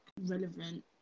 relevant